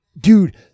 Dude